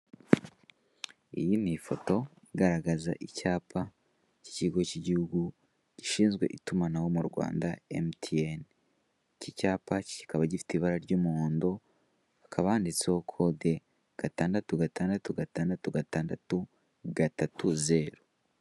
Iyi ni ifoto igaragaza icyapa k'ikigo cy'igihugu gishinzwe itumanaho mu Rwanda emutiyeni, iki cyapa kikaba gifite ibara ry'umuhondo hahaba handitseho kode gatandatu gatandatu gatandatu gatandatu gatatu, zeru.